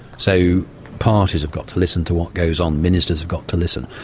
so parties have got to listen to what goes on, minister have got to listen,